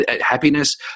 happiness